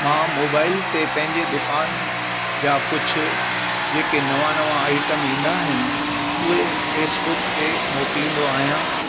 मां मोबाइल ते पंहिंजे दुकान जा कुझु जेके नवां नवां आइटम ईंदा आहिनि उहे फ़ेसबुक ते मोकिलींदो आहियां